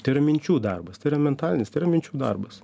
tai yra minčių darbas tai yra mentalinis tai yra minčių darbas